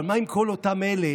אבל מה עם כל אותם אלה